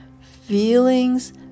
feelings